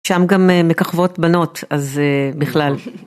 שם גם מככבות בנות אז בכלל.